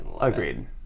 Agreed